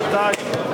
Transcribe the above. לך, חברת הכנסת אברהם.